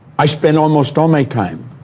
i spend almost all my time,